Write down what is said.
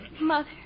Mother